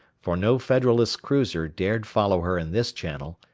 for no federalist cruiser dared follow her in this channel,